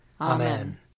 Amen